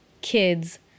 kids